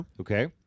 Okay